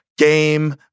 Game